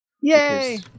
Yay